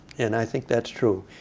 and i think that's true.